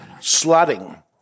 slutting